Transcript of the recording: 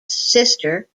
sister